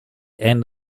end